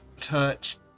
touch